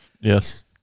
yes